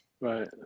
Right